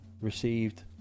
received